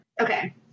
Okay